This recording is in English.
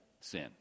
sin